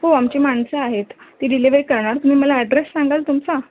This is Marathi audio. हो आमची माणसं आहेत ती डिलेवरी करणार तुम्ही मला ॲड्रेस सांगाल तुमचा